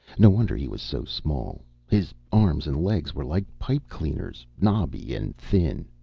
no wonder he was so small. his arms and legs were like pipecleaners, knobby, and thin.